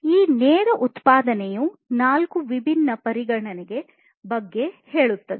ಈ ನೇರ ಉತ್ಪಾದನೆಯು ನಾಲ್ಕು ವಿಭಿನ್ನ ಪರಿಗಣನೆಗಳ ಬಗ್ಗೆ ಹೇಳುತ್ತದೆ